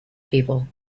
people